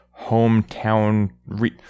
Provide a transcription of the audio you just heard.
hometown